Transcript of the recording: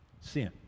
Sin